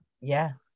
yes